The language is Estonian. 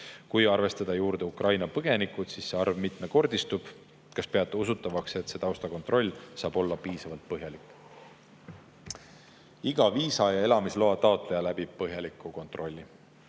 Kui arvestada juurde Ukraina põgenikud, siis see arv mitmekordistub. Kas peate usutavaks, et see taustakontroll saab olla piisavalt põhjalik?" Kõik viisa ja elamisloa taotlejad läbivad põhjaliku kontrolli.